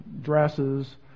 dresses